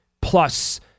plus